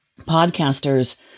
podcasters